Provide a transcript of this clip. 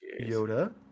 Yoda